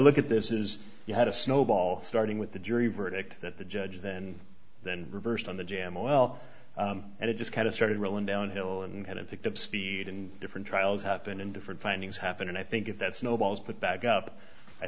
look at this is you had a snowball starting with the jury verdict that the judge then then reversed on the jamma well and it just kind of started rolling downhill and it picked up speed in different trials happened in different findings happen and i think if that snowballs put back up i